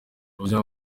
ubuzima